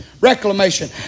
reclamation